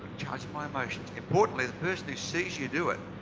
charge of my emotions. importantly, the person who sees you do it,